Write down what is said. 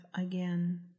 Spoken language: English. again